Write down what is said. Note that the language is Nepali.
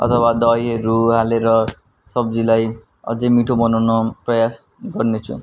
अथवा दहीहरू हालेर सब्जीलाई अझ मिठो बनाउन प्रयास गर्नेछु